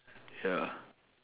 ya